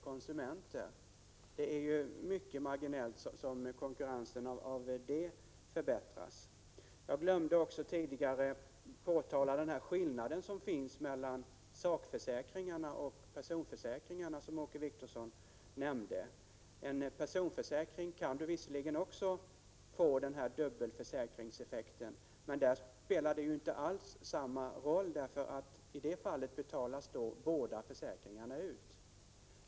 Konkurrensen förbättras ytterst marginellt av en sådan förändring. Jag glömde tidigare att påtala den skillnad som föreligger mellan sakförsäkringarna och personförsäkringarna, som Åke Wictorsson nämnde. Vid en personförsäkring kan man visserligen också få en dubbelförsäkringseffekt, men i det sammanhanget spelar den inte alls samma roll, för i det fallet betalas båda försäkringarna ut.